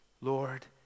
Lord